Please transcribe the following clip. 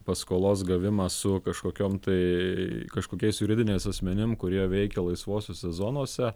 paskolos gavimą su kažkokiom tai kažkokiais juridiniais asmenim kurie veikia laisvosiose zonose